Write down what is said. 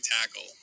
tackle